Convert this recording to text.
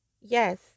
yes